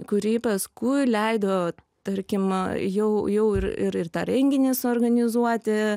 kurį paskui leido tarkim jau jau ir ir ir tą renginį suorganizuoti